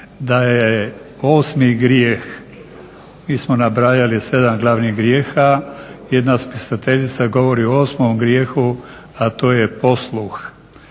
da je osmi grijeh, mi smo nabrajali sedam glavnih grijeha, jedna spisateljica govori o osmom grijehu, a to je posluh.